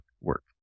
work